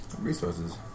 Resources